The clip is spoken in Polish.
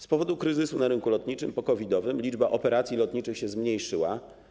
Z powodu kryzysu na rynku lotniczym po-COVID-owym liczba operacji lotniczych się zmniejszyła.